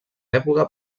època